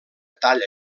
talla